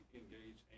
engage